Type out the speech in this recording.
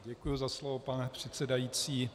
Děkuji za slovo, pane předsedající.